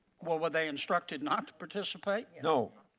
were were they instructed not to participate? no.